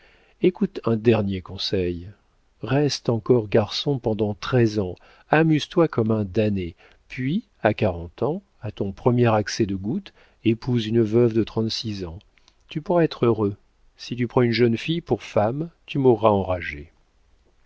écoute un dernier conseil reste encore garçon pendant treize ans amuse-toi comme un damné puis à quarante ans à ton premier accès de goutte épouse une veuve de trente-six ans tu pourras être heureux si tu prends une jeune fille pour femme tu mourras enragé